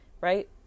right